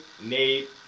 Nate